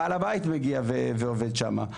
בעל הבית מגיע ועובד שמה,